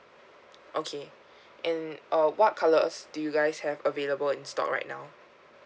okay and uh what colors do you guys have available in stock right now